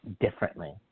differently